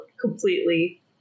completely